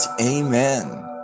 amen